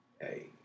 hey